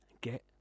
get